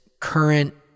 current